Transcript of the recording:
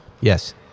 Yes